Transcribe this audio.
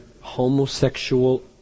homosexual